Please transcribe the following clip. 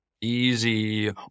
easy